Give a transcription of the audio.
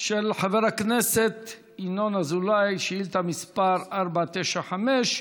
של חבר הכנסת ינון אזולאי, שאילתה מס' 495,